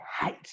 hate